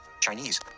Chinese